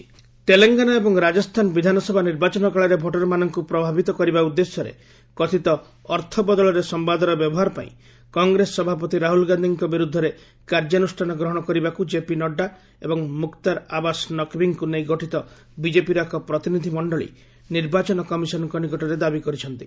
BJP delegation Telangana ଏବଂ ରାଜସ୍ଥାନ ବିଧାନସଭା ନିର୍ବାଚନ କାଳରେ ଭୋଟରମାନଙ୍କୁ ପ୍ରଭାବିତ କରିବା ଉଦ୍ଦେଶ୍ୟରେ କଥିତ ଅର୍ଥ ବଦଳରେ ସମ୍ବାଦର ବ୍ୟବହାର ପାଇଁ କଂଗ୍ରେସ ସଭାପତି ରାହୁଲ ଗାନ୍ଧିଙ୍କ ବିରୁଦ୍ଧରେ କାର୍ଯ୍ୟାନୁଷ୍ଠାନ ଗ୍ରହଣ କରିବାକୁ ଜେପି ନଡ୍ରା ଏବଂ ମୁକ୍ତାର ଆବାସ ନକ୍ବିଙ୍କୁ ନେଇ ଗଠିତ ବିଜେପିର ଏକ ପ୍ରତିନିଧି ମଣ୍ଡଳୀ ନିର୍ବାଚନ କମିଶନଙ୍କ ନିକଟରେ ଦାବି କରିଛନ୍ତି